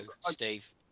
Steve